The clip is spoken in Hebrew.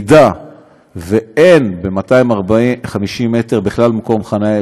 אם אין ב-250 מטר בכלל מקום חניה,